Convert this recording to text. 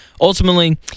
Ultimately